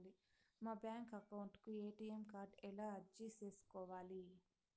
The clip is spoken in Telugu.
మా బ్యాంకు అకౌంట్ కు ఎ.టి.ఎం కార్డు ఎలా అర్జీ సేసుకోవాలి?